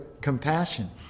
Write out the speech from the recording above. compassion